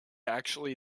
actually